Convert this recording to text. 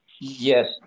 Yes